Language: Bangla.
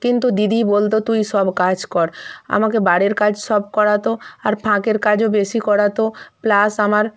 কিন্তু দিদি বলত তুই সব কাজ কর আমাকে বাইরের কাজ সব করাতো আর ফাঁকের কাজও বেশি করাতো প্লাস আমার